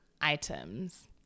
items